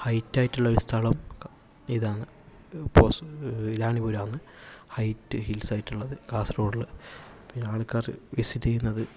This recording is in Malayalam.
ഹൈറ്റ് ആയിട്ടുള്ള സ്ഥലം ഇതാണ് പോസി റാണിപുരമാണ് ഹൈറ്റ് ഹിൽസ് ആയിട്ടുള്ളത് കാസർഗൊഡില് പിന്നെ ആൾക്കാര് വിസിറ്റ് ചെയ്യുന്നത്